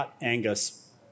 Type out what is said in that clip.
Angus